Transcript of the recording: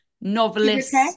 novelist